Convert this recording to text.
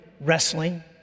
wrestling